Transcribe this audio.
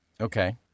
Okay